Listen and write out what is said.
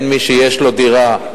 מי שיש לו דירה,